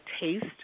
taste